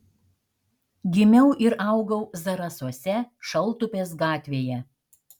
gimiau ir augau zarasuose šaltupės gatvėje